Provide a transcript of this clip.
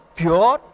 pure